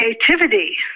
creativity